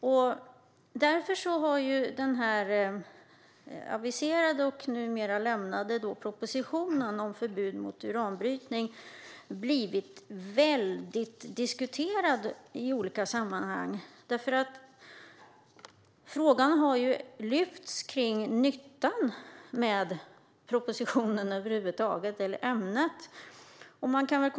Av detta skäl har den aviserade och numera avlämnade propositionen om förbud mot uranbrytning diskuterats mycket i olika sammanhang. Frågan om nyttan med ämnet för propositionen har lyfts upp.